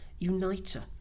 Uniter